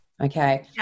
Okay